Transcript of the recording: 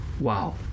wow